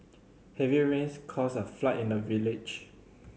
heavy rains caused a flood in the village